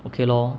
okay lor